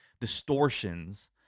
distortions